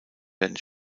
werden